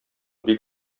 бик